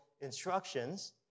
instructions